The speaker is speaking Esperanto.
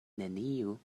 neniu